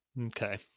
Okay